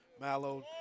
Mallow